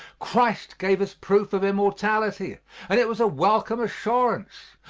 christ gave us proof of immortality and it was a welcome assurance,